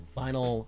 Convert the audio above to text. final